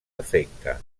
efecte